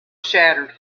shattered